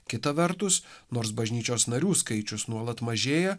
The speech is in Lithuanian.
kita vertus nors bažnyčios narių skaičius nuolat mažėja